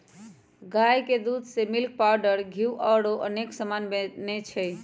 गाई के दूध से मिल्क पाउडर घीउ औरो अनेक समान बनै छइ